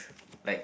like